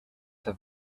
have